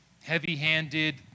heavy-handed